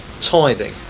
tithing